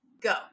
Go